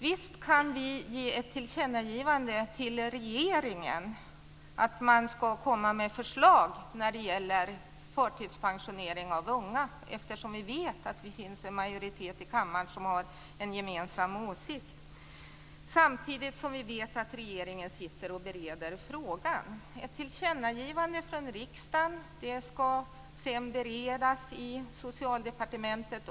Visst kan vi göra ett tillkännagivande till regeringen om att de bör komma med förslag i frågan om förtidspensionering av unga. Vi vet ju att det finns en majoritet i kammaren som har en gemensam ståndpunkt i den frågan. Samtidigt vet vi också att regeringen nu bereder frågan. Ett tillkännagivande av riksdagen ska först beredas i Socialdepartementet.